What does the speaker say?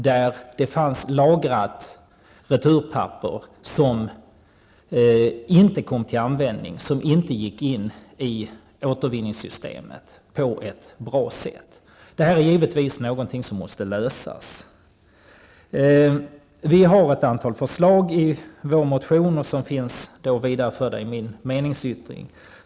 Där fanns returpapper lagrat som inte kom till användning, som inte gick in i återvinningssystemet på ett bra sätt. Detta är givetvis ett problem som måste lösas. I vår motion har vi ett antal förslag, som finns vidareförda i min meningsyttring.